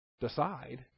decide